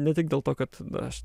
ne tik dėl to kad aš